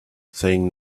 saying